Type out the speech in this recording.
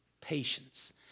Patience